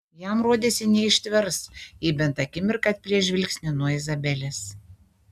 jam rodėsi neištvers jei bent akimirką atplėš žvilgsnį nuo izabelės